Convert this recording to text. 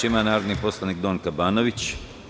Reč ima narodni poslanik Donka Banović.